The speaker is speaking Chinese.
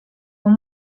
风貌